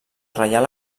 reial